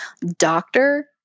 doctor